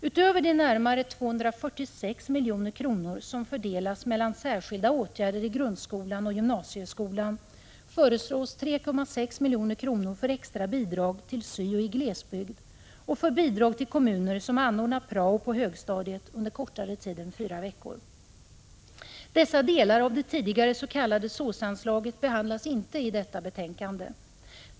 Utöver de närmare 246 milj.kr. som fördelas på särskilda åtgärder i grundskolan och i gymnasieskolan föreslås 3,6 milj.kr. för extra bidrag till syo i glesbygd och för bidrag till kommuner som anordnar prao på högstadiet under kortare tid än fyra veckor. Dessa delar av det tidigare s.k. SÅS-anslaget behandlas inte i detta betänkande.